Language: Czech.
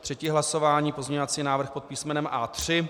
Třetí hlasování pozměňovací návrh pod písmenem A3.